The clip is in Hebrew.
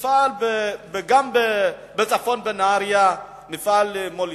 גם בצפון, בנהרייה, מפעל "מוליתן".